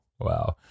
Wow